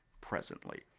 presently